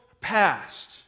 past